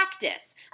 practice